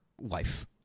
wife